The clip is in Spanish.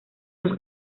sus